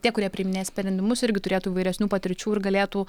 tie kurie priiminėja sprendimus irgi turėtų įvairesnių patirčių ir galėtų